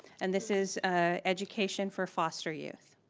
and this is education for foster youth.